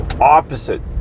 opposite